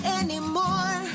anymore